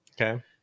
okay